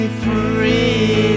free